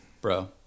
Bro